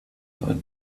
war